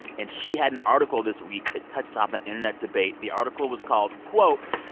and she had an article this week that touched off an internet debate. the article was called, quote,